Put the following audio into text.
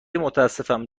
متاسفم